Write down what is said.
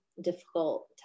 difficult